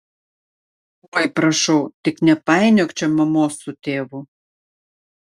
oi prašau tik nepainiok čia mamos su tėvu